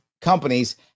companies